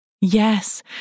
Yes